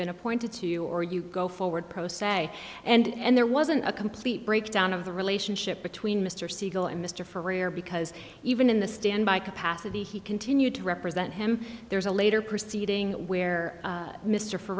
been appointed to you or you go forward pro se and there wasn't a complete breakdown of the relationship between mr siegel and mr for a year because even in the stand by capacity he continued to represent him there's a later proceeding where mr for